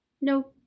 no